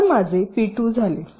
तर माझे पी 2 झाले